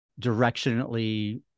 directionally